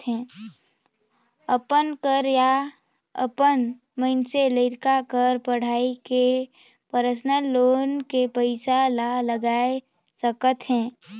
अपन कर या अपन मइनसे लइका कर पढ़ई में परसनल लोन के पइसा ला लगाए सकत अहे